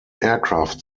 aircraft